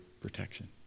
protection